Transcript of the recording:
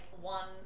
one